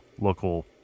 local